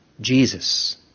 Jesus